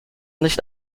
nicht